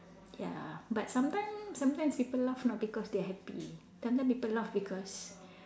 ya but sometimes sometimes people laugh not because they are happy sometimes people laugh because